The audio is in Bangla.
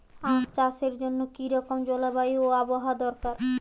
আখ চাষের জন্য কি রকম জলবায়ু ও আবহাওয়া দরকার?